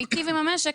מיטיב עם המשק,